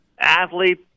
athlete